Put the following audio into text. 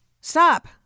Stop